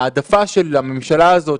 ההעדפה של הממשלה הזאת,